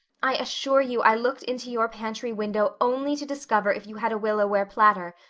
i assure you i looked into your pantry window only to discover if you had a willow-ware platter.